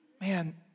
man